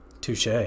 Touche